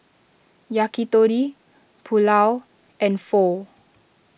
Yakitori Pulao and Pho